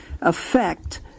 affect